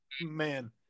Man